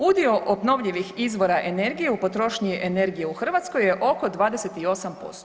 Udio obnovljivih izvora energije u potrošnji energije u Hrvatskoj je oko 28%